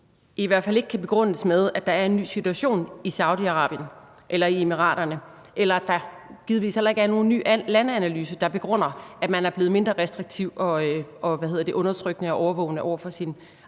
i hvert fald ikke kan begrundes med, at der er en ny situation i Saudi-Arabien eller i Emiraterne, eller at der er en ny – det er der givetvis ikke – landeanalyse, der begrunder, at man er blevet mindre restriktiv og undertrykkende og overvågende over for sin egen